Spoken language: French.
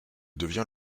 devient